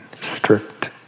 stripped